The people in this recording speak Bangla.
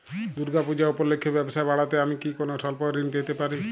দূর্গা পূজা উপলক্ষে ব্যবসা বাড়াতে আমি কি কোনো স্বল্প ঋণ পেতে পারি?